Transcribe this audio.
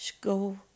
go